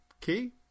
Key